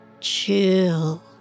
chill